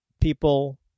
people